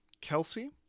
Kelsey